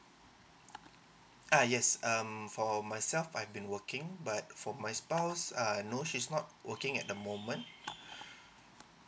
uh yes um for myself I've been working but for my spouse uh I know she's not working at the moment